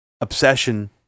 obsession